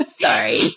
Sorry